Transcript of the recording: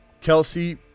kelsey